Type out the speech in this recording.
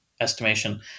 estimation